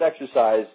exercise